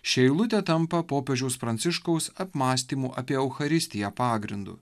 ši eilutė tampa popiežiaus pranciškaus apmąstymų apie eucharistiją pagrindu